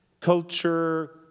culture